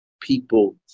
people